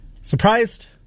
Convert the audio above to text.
Surprised